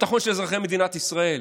בביטחון של אזרחי מדינת ישראל.